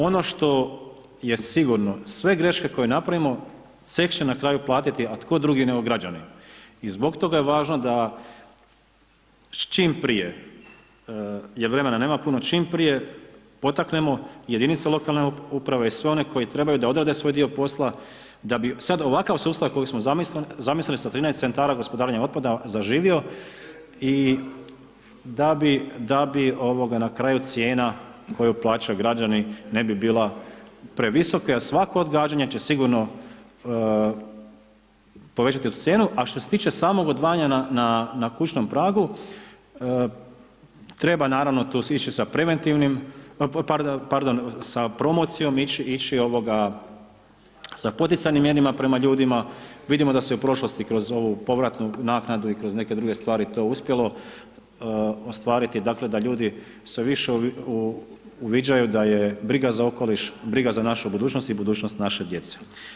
Ono što je sigurno, sve greške koje napravimo, sve će na kraju platiti a tko drugi nego građani i zbog toga je važno da čim prije, jer vremena nema puno, čim prije potaknemo jedinica lokalne uprave i sve one koji trebaju da odrade svoj posla, da bi sad ovakav sustav kojeg smo zamislili sa 13 CGO-a zaživio i da bi na kraju cijena koju plaćaju građani ne bi bila previsoka jer svako odgađanje će sigurno povećati tu cijenu a što se tiče samog odvajanja na kućnom pragu, treba naravno tu ići sa preventivnim, pardon sa promocijom ići, sa poticajnim mjerama prema ljudima, vidimo da se u prošlosti kroz ovu povratnu naknadu i kroz neke druge stvari uspjelo ostvariti, dakle da ljudi sve više uviđaju da je briga za okoliš, briga za našu budućnost i budućnost naše djece.